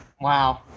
Wow